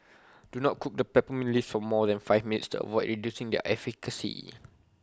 do not cook the peppermint leaves for more than five minutes to avoid reducing their efficacy